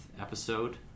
episode